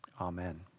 Amen